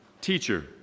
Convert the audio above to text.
Teacher